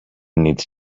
need